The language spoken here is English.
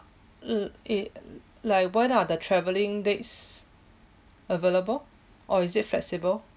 like what are the travelling dates available or is it flexible